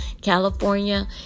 California